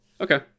okay